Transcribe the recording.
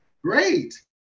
Great